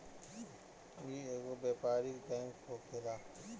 इ एगो व्यापारिक बैंक होखेला